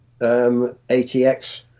ATX